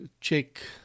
check